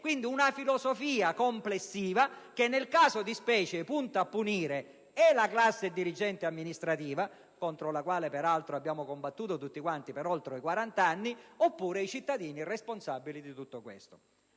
di una filosofia complessiva che nel caso di specie punta a punire o la classe dirigente amministrativa, contro la quale peraltro abbiamo combattuto tutti quanti per oltre quarant'anni, oppure i cittadini responsabili di tutto questo.